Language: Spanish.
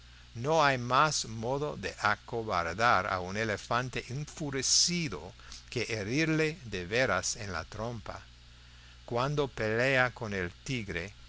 no hay más modo de acobardar a un elefante enfurecido que herirle de veras en la trompa cuando pelea con el tigre